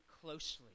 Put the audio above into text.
closely